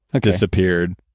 disappeared